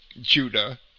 Judah